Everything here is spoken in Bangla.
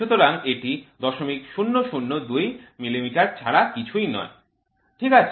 সুতরাং এটি ০০০২ মিলিমিটার ছাড়া কিছুই নয় ঠিক আছে